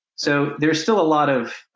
so, there's still a lot of,